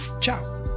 ciao